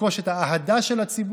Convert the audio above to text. לרכוש את האהדה של הציבור.